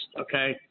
okay